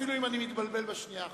אפילו אם אני מתבלבל בשנייה הראשונה.